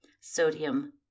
sodium